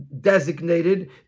designated